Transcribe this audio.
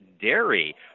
dairy